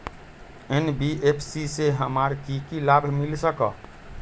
NBFC से हमार की की लाभ मिल सक?